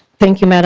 thank you mme. and